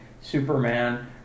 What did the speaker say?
Superman